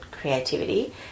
creativity